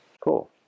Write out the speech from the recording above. cool